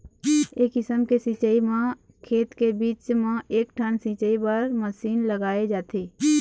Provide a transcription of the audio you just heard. ए किसम के सिंचई म खेत के बीच म एकठन सिंचई बर मसीन लगाए जाथे